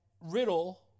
Riddle